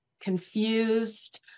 confused